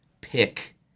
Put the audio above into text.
pick